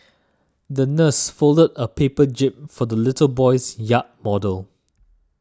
the nurse folded a paper jib for the little boy's yacht model